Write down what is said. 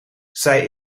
zij